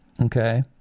Okay